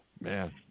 Man